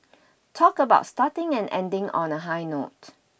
talk about starting and ending on a high note